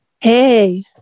Hey